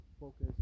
focus